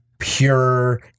Pure